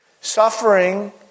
Suffering